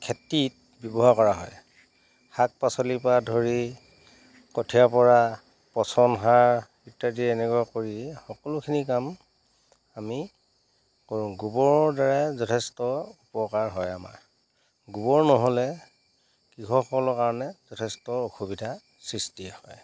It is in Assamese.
খেতিত ব্যৱহাৰ কৰা হয় শাক পাচলিৰ পৰা ধৰি কঠীয়াৰ পৰা পচন সাৰ ইত্যাদি এনেকুৱা কৰি সকলোখিনি কাম আমি কৰোঁ গোবৰৰ দ্বাৰাই যথেষ্ট উপকাৰ হয় আমাৰ গোবৰ নহ'লে কৃষকসকলৰ কাৰণে যথেষ্ট অসুবিধা সৃষ্টি হয়